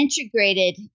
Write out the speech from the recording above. integrated